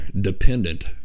dependent